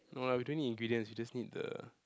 no lah we don't need ingredients we just need the